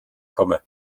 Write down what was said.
komme